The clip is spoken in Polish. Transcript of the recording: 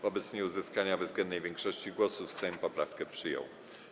Wobec nieuzyskania bezwzględnej większości głosów Sejm poprawki przyjął.